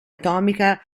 atomica